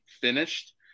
finished